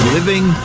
living